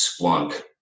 Splunk